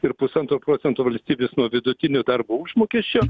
ir pusantro procento valstybės nuo vidutinio darbo užmokesčio